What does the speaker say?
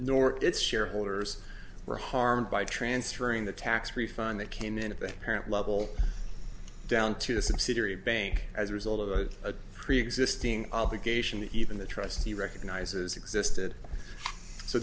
nor its shareholders were harmed by transferring the tax refund that came in at the parent level down to the subsidiary bank as a result of a preexisting obligation that even the trustee recognizes existed so